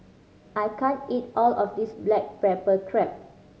I can't eat all of this black pepper crab